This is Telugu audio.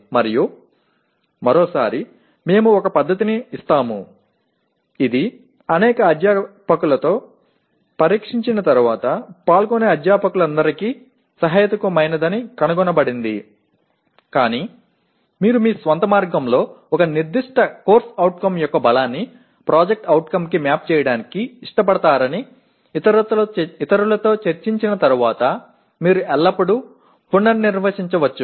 మరియు మరోసారి మేము ఒక పద్ధతిని ఇస్తాము ఇది అనేక అధ్యాపకులతో పరీక్షించిన తరువాత పాల్గొనే అధ్యాపకులందరికీ సహేతుకమైనదని కనుగొనబడింది కానీ మీరు మీ స్వంత మార్గంలో ఒక నిర్దిష్ట CO యొక్క బలాన్ని PO కి మ్యాప్ చేయడానికి ఇష్టపడతారని ఇతరులతో చర్చించిన తర్వాత మీరు ఎల్లప్పుడూ పునర్నిర్వచించవచ్చు